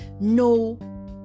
no